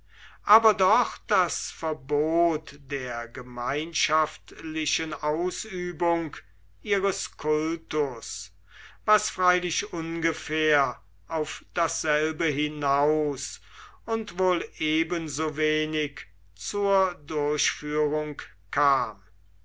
aber doch das verbot der gemeinschaftlichen ausübung ihres kultus was freilich ungefähr auf dasselbe hinaus und wohl ebensowenig zur durchführung kam